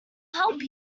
help